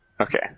Okay